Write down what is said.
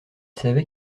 savait